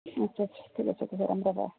अच्छा अच्छा ठिकै छ त्यसोभए राम्रो भयो